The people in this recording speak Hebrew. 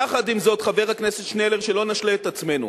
יחד עם זאת, חבר הכנסת שנלר, שלא נשלה את עצמנו.